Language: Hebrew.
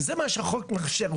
וזה מה שהחוק מאפשר.